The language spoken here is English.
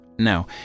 Now